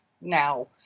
now